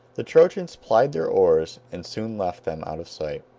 the trojans plied their oars and soon left them out of sight.